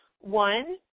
one